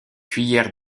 cuillères